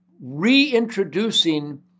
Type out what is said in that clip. reintroducing